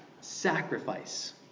sacrifice